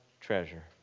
treasure